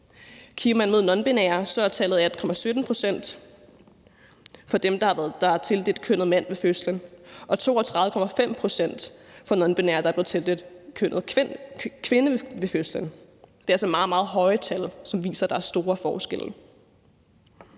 Kigger man mod nonbinære, er tallet 18,17 pct. for dem, der er tildelt kønnet mand ved fødslen, og 32,5 pct. for nonbinære, der er tildelt kønnet kvinde ved fødslen. Det er altså meget, meget høje tal, som viser, at der er store forskelle.